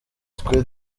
twe